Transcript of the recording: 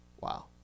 Wow